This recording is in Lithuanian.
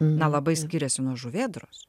na labai skiriasi nuo žuvėdros